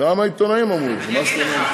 גם העיתונאים אמרו את זה.